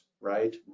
right